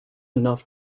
enough